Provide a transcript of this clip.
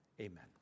Amen